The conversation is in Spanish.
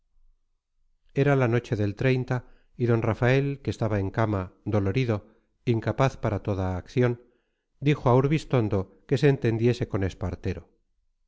era la noche del y d rafael que estaba en cama dolorido incapaz para toda acción dijo a urbistondo que se entendiese con